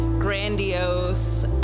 grandiose